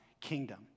kingdom